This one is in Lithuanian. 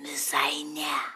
visai ne